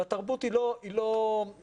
והתרבות היא לא פריבילגיה.